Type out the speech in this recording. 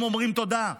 הם אומרים תודה,